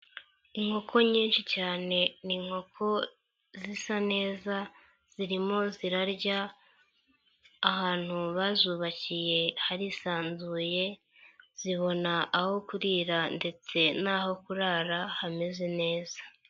Inkoko nyinshi cyane, ni inkoko zisa neza zirimo zirarya ahantu bazubakiye, harisanzuye zibona aho kurira ndetse n'aho kurara hameze neza.